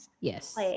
Yes